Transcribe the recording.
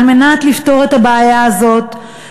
כדי לפתור את הבעיה הזאת,